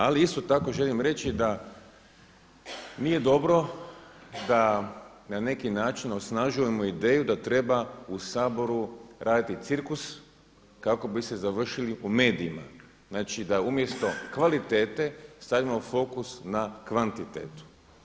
Ali isto tako želim reći da nije dobro da na neki način osnažujemo ideju da treba u Saboru raditi cirkus kako biste završili u medijima, znači da umjesto kvalitete stavimo fokus na kvantitetu.